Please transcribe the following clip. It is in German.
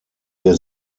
wir